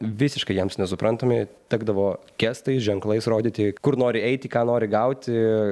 visiškai jiems nesuprantami tekdavo gestais ženklais rodyti kur nori eiti ką nori gauti